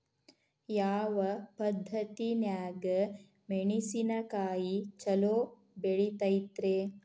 ಯಾವ ಪದ್ಧತಿನ್ಯಾಗ ಮೆಣಿಸಿನಕಾಯಿ ಛಲೋ ಬೆಳಿತೈತ್ರೇ?